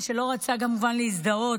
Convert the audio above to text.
שלא רצה כמובן להזדהות,